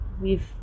We've-